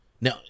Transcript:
Now